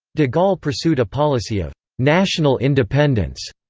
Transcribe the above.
de gaulle pursued a policy of national independence.